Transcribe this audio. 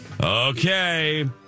Okay